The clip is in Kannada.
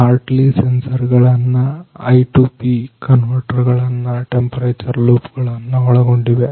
ಹಾರ್ಟ್ಲಿ ಸೆನ್ಸರ್ ಗಳನ್ನು I to P ಕನ್ವರ್ಟರ್ ಗಳನ್ನ ಟೆಂಪರೇಚರ್ ಲೂಪ್ ಗಳು ಒಳಗೊಂಡಿವೆ